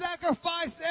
sacrifice